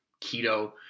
Keto